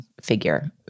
figure